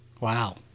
Wow